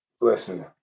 listen